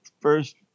first